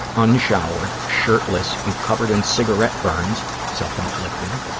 unshowered, shirtless and covered in cigarette burns, self-inflicted,